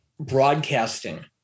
broadcasting